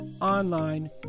online